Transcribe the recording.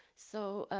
so